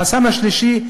החסם השלישי,